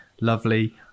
lovely